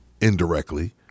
indirectly